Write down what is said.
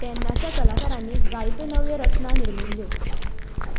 तेन्नाच्या कलाकारांनी जायत्यो नव्यो रचना निर्मिल्यो